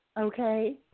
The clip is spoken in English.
Okay